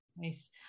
Nice